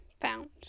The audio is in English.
found